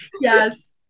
Yes